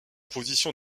position